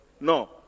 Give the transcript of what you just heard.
no